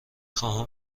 خواهم